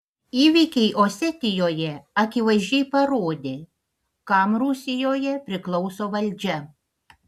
įvykiai osetijoje akivaizdžiai parodė kam rusijoje priklauso valdžia